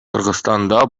кыргызстанда